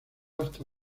hasta